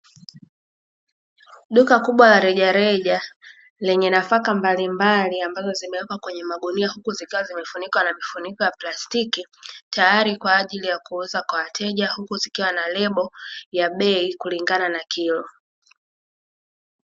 Duka kubwa la rejareja lenye nafaka mbalimbali ambazo zimewekwa kwenye magunia, huku zikiwa zimefunikwa na mifuniko ya plastiki tayari kwa ajili ya kuuza kwa wateja, huku zikiwa na lebo ya bei kulingana na kilo.